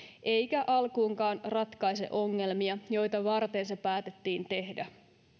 eikä alkuunkaan ratkaise ongelmia joita varten se päätettiin tehdä